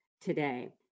today